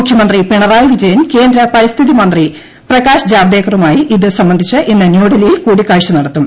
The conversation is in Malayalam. മുഖ്യമന്ത്രി പിണറായി വിജയൻ കേന്ദ്ര പരിസ്ഥിതി മന്ത്രി പ്രകാശ് ജാവദേക്കറുമായി ഇത് സംബന്ധിച്ച് ഇന്ന് ന്യൂഡൽഹിയിൽ കൂടിക്കാഴ്ച നടത്തും